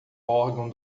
órgão